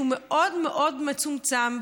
שהוא מאוד מאוד מצומצם,